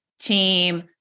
team